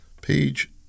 Page